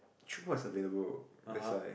tchoukball is available that's why